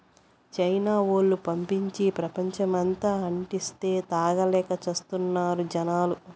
China వోల్లు పండించి, ప్రపంచమంతటా అంటిస్తే, తాగలేక చస్తున్నారు జనాలు